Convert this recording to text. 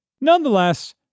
Nonetheless